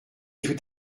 tout